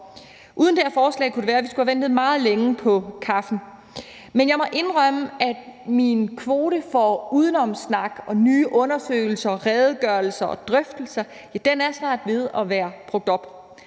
Uden det her forslag kunne det være, at vi skulle have ventet meget længe på kaffen. Men jeg må indrømme, at min kvote for udenomssnak, nye undersøgelser, redegørelser og drøftelser snart er ved at være brugt op.